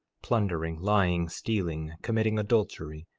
plundering, lying, stealing, committing adultery,